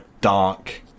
dark